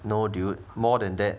no dude more than that